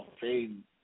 Fame